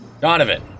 Donovan